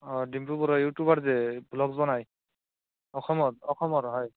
অ' Dimpu Baruah YouTuber যে vlogs বনাই অসমত অসমৰ হয়